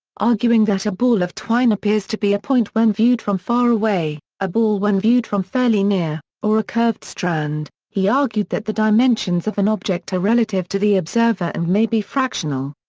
arguing that a ball of twine appears to be a point when viewed from far away, a ball when viewed from fairly near, or a curved strand, he argued that the dimensions of an object are relative to the observer and may be fractional.